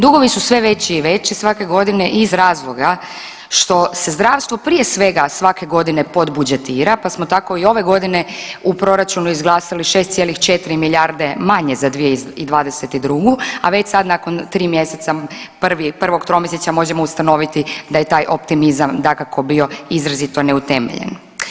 Dugovi su sve veći i veći svake godine iz razloga što se zdravstvo prije svega svake godine podbudžetira, pa smo tako i ove godine u proračunu izglasali 6,4 milijarde manje za 2022., a već sad nakon 3 mjeseca, prvog tromjesečja možemo ustanoviti da je taj optimizam, dakako, bio izrazito neutemeljen.